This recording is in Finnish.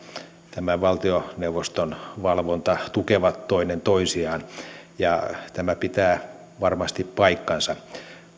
tämä valtioneuvoston valvonta tukevat toinen toisiaan ja tämä pitää varmasti paikkansa